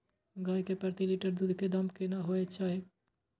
गाय के प्रति लीटर दूध के दाम केतना होय के चाही?